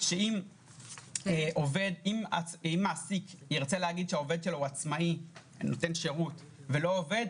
אם מעסיק ירצה להגיד שהעובש לו הוא עצמאי או נותן שירות ולא עובד,